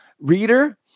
reader